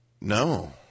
No